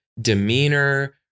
demeanor